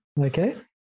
Okay